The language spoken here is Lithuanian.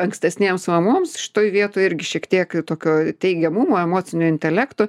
ankstesnėms mamoms šitoj vietoj irgi šiek tiek tokio teigiamumo emocinio intelekto